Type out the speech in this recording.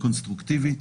קונסטרוקטיבית,